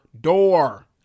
door